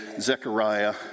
Zechariah